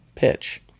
pitch